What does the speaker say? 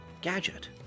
Gadget